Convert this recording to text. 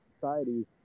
societies